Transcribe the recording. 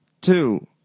Two